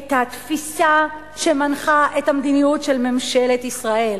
את התפיסה שמנחה את המדיניות של ממשלת ישראל,